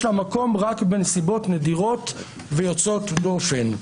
לה מקום רק בנסיבות נדירות ויוצאות דופן.